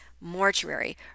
Mortuary